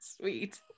Sweet